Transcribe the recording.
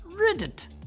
Reddit